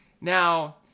now